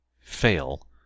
fail